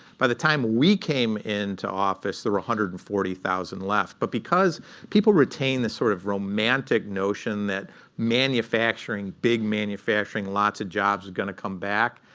by the time we came into office, there were one hundred and forty thousand left. but because people retain this sort of romantic notion that manufacturing, big manufacturing, lots of jobs are going to come back,